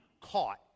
caught